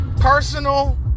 personal